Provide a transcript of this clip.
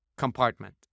Compartment